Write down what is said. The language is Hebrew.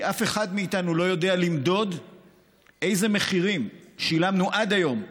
אף אחד מאיתנו לא יודע למדוד אילו מחירים שילמנו עד היום,